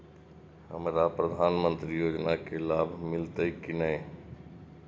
हमरा प्रधानमंत्री योजना के लाभ मिलते की ने?